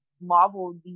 marvel